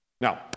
Now